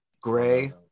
Gray